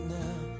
now